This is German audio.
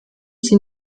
sie